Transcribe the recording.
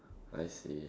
I see